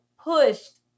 pushed